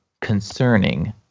concerning